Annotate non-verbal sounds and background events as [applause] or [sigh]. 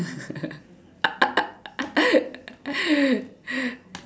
[laughs]